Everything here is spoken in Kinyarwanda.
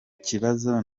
kibazo